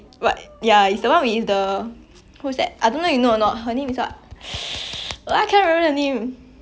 杨子 have you heard of her before ya ya ya ya ya and like it's quite interesting cause there was a love triangle inside